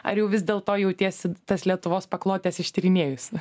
ar jau vis dėl to jautiesi tas lietuvos paklotes ištyrinėjusi